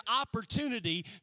opportunity